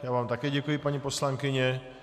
Já vám také děkuji, paní poslankyně.